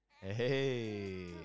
Hey